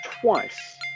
twice